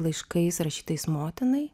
laiškais rašytais motinai